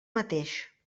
mateix